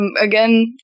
again